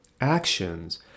actions